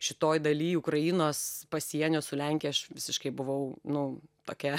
šitoj daly ukrainos pasienio su lenkija aš visiškai buvau nu tokia